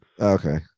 okay